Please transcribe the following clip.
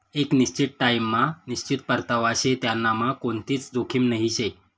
एक निश्चित टाइम मा निश्चित परतावा शे त्यांनामा कोणतीच जोखीम नही शे